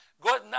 God